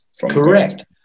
Correct